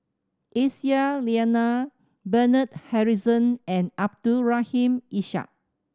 Aisyah Lyana Bernard Harrison and Abdul Rahim Ishak